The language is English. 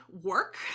work